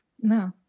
no